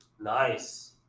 Nice